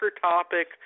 topic